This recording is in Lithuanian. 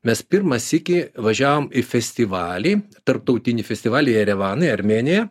mes pirmą sykį važiavom į festivalį tarptautinį festivalį jerevane į armėniją